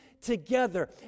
Together